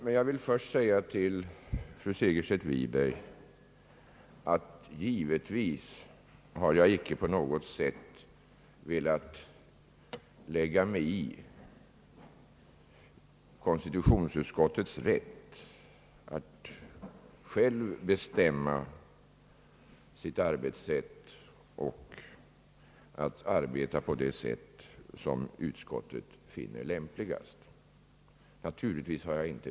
Men jag vill först säga till fru Segerstedt Wiberg att jag givetvis inte på något sätt velat lägga mig i konstitutionsutskottets rätt att självt bestämma sitt arbetssätt.